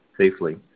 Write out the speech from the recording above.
safely